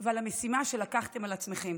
ועל המשימה שלקחתם על עצמכם